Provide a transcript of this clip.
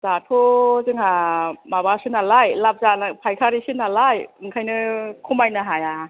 दाथ' जोंहा माबासो नालाय लाब जाना फायखारिसो नालाय ओंखायनो खमायनो हाया